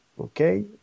okay